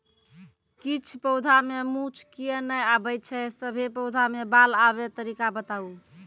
किछ पौधा मे मूँछ किये नै आबै छै, सभे पौधा मे बाल आबे तरीका बताऊ?